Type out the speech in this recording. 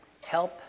Help